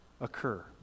occur